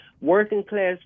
working-class